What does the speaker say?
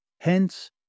Hence